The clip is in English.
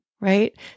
right